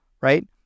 Right